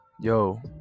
yo